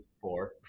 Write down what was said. four